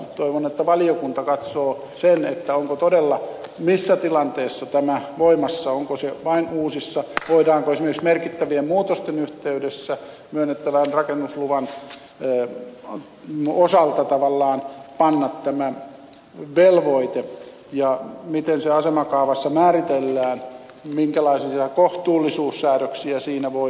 toivon että valiokunta katsoo missä tilanteessa tämä on voimassa onko se vain uusissa rakennuksissa voidaanko esimerkiksi merkittävien muutosten yhteydessä myönnettävän rakennusluvan osalta tavallaan panna tämä velvoite ja miten se asemakaavassa määritellään minkälaisia kohtuullisuussäädöksiä siinä voi tulla